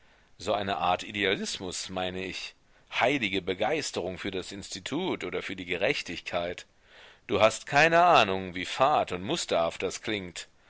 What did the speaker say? so eine art idealismus meine ich heilige begeisterung für das institut oder für die gerechtigkeit du hast keine ahnung wie fad und musterhaft das klingt